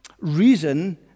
reason